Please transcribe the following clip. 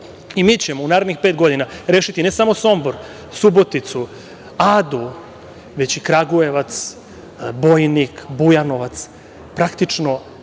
Mi ćemo u narednih pet godina rešiti ne samo Sombor, Suboticu, Adu, već i Kragujevac, Bojnik, Bujanovac, praktično